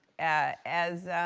as,